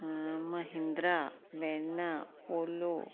Mahindra Verna polo